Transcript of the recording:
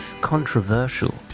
controversial